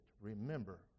remember